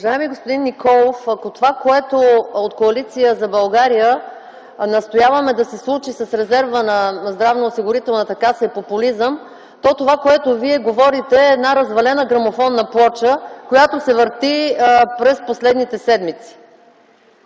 Уважаеми господин Николов, ако това, за което от Коалиция на България настояваме да се случи с резерва на Здравноосигурителната каса е популизъм, то това, което Вие говорите, е една развалена грамофонна плоча, която се върти през последните седмици.